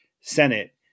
Senate